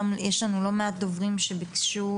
יש לנו לא מעט דוברים שביקשו